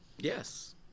Yes